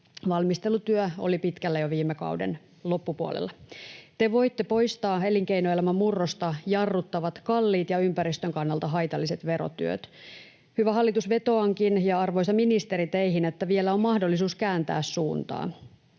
valmistelutyö oli pitkällä jo viime kauden loppupuolella. Te voitte poistaa elinkeinoelämän murrosta jarruttavat kalliit ja ympäristön kannalta haitalliset verotuet. Hyvä hallitus ja arvoisa ministeri, vetoankin teihin, että vielä on mahdollisuus kääntää suuntaa.